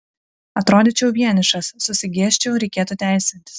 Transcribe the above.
atrodyčiau vienišas susigėsčiau reikėtų teisintis